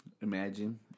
Imagine